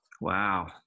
wow